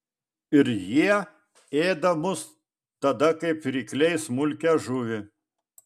ir jie ėda mus tada kaip rykliai smulkią žuvį